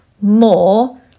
more